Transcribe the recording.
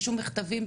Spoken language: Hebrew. בשום מכתבים,